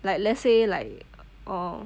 like let's say like uh